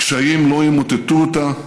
קשיים לא ימוטטו אותה,